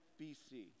BC